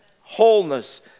Wholeness